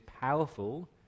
powerful